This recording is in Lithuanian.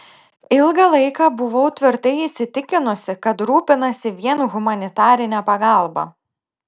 ilgą laiką buvau tvirtai įsitikinusi kad rūpinasi vien humanitarine pagalba